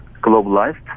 globalized